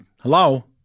Hello